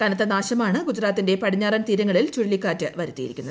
കനത്ത നാശമാണ് ഗുജറാത്തിന്റെ പടിഞ്ഞാറൻ തീരങ്ങളിൽ ചുഴലിക്കാറ്റ് വരുത്തിയിരിക്കുന്നത്